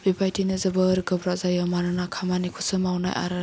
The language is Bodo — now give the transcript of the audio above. बेबादिनो जोबोर गोब्राब जायो मानोना खामानिखौसो मावनो आरो